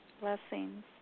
Blessings